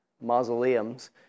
mausoleums